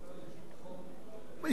יש הגדרה ל"מערכת",